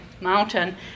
Mountain